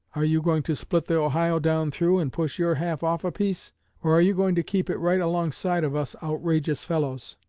are you going to split the ohio down through, and push your half off a piece? or are you going to keep it right alongside of us outrageous fellows?